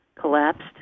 collapsed